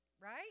right